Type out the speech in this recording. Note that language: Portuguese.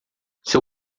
seu